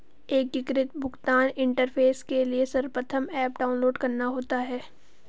एकीकृत भुगतान इंटरफेस के लिए सर्वप्रथम ऐप डाउनलोड करना होता है